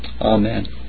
Amen